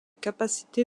capacité